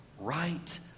Right